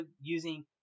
using